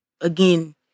again